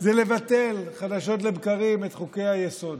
זה לבטל חדשות לבקרים את חוקי-היסוד,